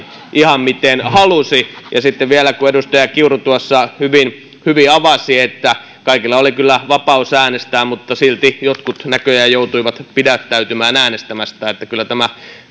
miten halusi ja sitten kun vielä edustaja kiuru tuossa hyvin hyvin avasi että kaikilla oli kyllä vapaus äänestää mutta silti jotkut näköjään joutuivat pidättäytymään äänestämästä niin kyllä tämä